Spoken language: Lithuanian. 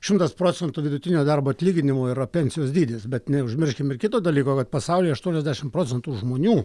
šimtas procentų vidutinio darbo atlyginimo yra pensijos dydis bet neužmirškim ir kito dalyko kad pasaulyje aštuoniasdešimt procentų žmonių